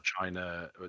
China